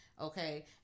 Okay